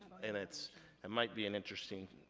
and it and might be an interesting.